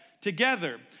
together